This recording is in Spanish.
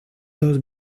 dos